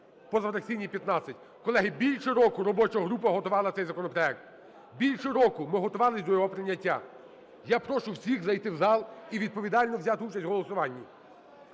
позафракційні – 15. Колеги, більше року робоча група готувала цей проект. Більше року ми готувались до його прийняття. Я прошу всіх зайти в зал і відповідально взяти участь в голосуванні.